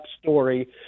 story